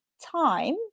time